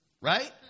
right